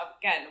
again